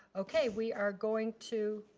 okay, we are going to,